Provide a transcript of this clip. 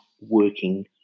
working